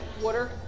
Water